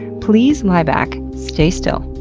please lie back, stay still,